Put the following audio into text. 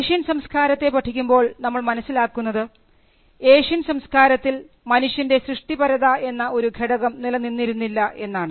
Asian സംസ്കാരത്തെ പഠിക്കുമ്പോൾ നമ്മൾ മനസ്സിലാക്കുന്നത് ഏഷ്യൻ സംസ്കാരത്തിൽ മനുഷ്യൻറെ സൃഷ്ടിപരത എന്ന ഒരു ഘടകം നിലനിന്നിരുന്നില്ല എന്നാണ്